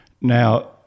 now